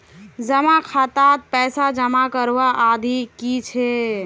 जमा खातात पैसा जमा करवार अवधि की छे?